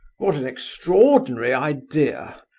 what an extraordinary idea!